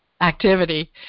activity